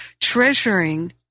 treasuring